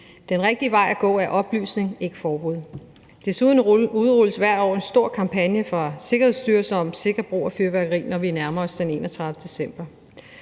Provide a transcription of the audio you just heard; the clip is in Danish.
Den rigtige vej at gå er oplysning, ikke forbud. Desuden udrulles der hvert år en stor kampagne fra Sikkerhedsstyrelsen om sikker brug af fyrværkeri, når vi nærmer os den 31. december.